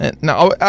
no